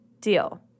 Deal